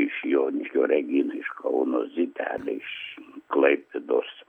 iš joniškio reginai iš kauno zitelei iš klaipėdos